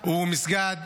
הוא מסגד